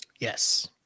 Yes